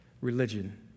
religion